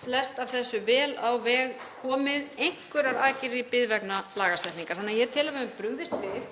flest af þessu vel á veg komið. Einhverjar aðgerðir eru í bið vegna lagasetningar. Þannig að ég tel að við höfum brugðist við.